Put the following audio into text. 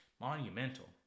monumental